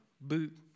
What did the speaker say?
boot